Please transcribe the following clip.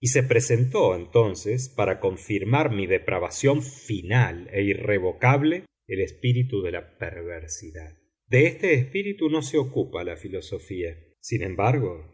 y se presentó entonces para confirmar mi depravación final e irrevocable el espíritu de perversidad de este espíritu no se ocupa la filosofía sin embargo